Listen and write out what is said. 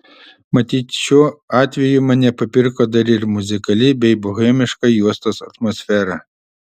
matyt šiuo atveju mane papirko dar ir muzikali bei bohemiška juostos atmosfera